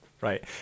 right